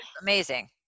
amazing